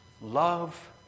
love